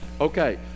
okay